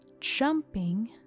jumping